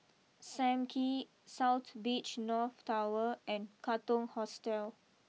Sam Kee South Beach North Tower and Katong Hostel